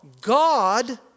God